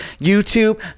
YouTube